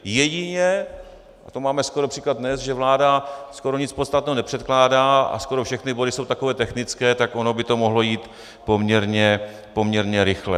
Jedině, a to máme skoro příklad dnes, že vláda skoro nic podstatného nepředkládá a skoro všechny body jsou takové technické, tak ono by to mohlo jít poměrně rychle.